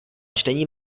čtení